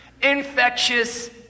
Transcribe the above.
Infectious